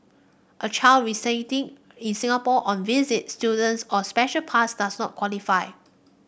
a child residing in Singapore on a visit student's or special pass does not qualify